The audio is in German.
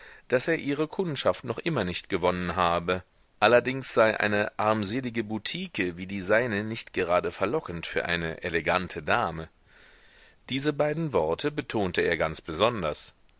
daß er ihre kundschaft noch immer nicht gewonnen habe allerdings sei eine armselige butike wie die seine nicht gerade verlockend für eine elegante dame diese beiden worte betonte er ganz besonders